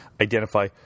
identify